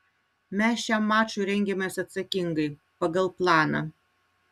mes šiam mačui rengiamės atsakingai pagal planą